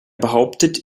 behauptet